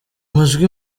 majwi